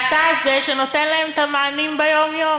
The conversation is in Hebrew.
ואתה זה שנותן להם את המענים ביום-יום.